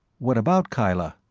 what about kyla?